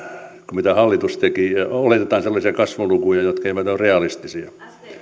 mitä hallitus teki ja oletetaan sellaisia kasvulukuja jotka eivät ole realistisia ja